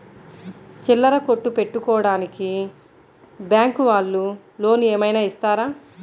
చిల్లర కొట్టు పెట్టుకోడానికి బ్యాంకు వాళ్ళు లోన్ ఏమైనా ఇస్తారా?